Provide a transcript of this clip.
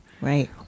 Right